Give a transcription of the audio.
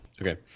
Okay